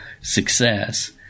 success